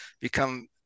become